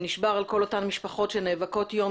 נשבר והוא עם כל אותן משפחות שנאבקות יום